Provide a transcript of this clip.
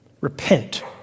repent